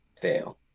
fail